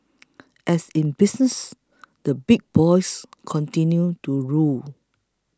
as in business the big boys continue to rule